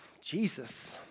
Jesus